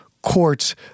courts